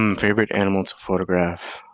um favorite animal to photograph.